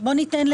כן, הוא ייתן.